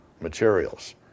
materials